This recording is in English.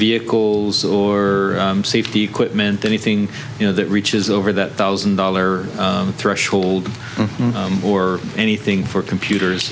vehicles or safety equipment anything you know that reaches over that thousand dollar threshold or anything for computers